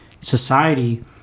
society